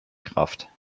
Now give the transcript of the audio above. kraft